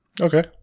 Okay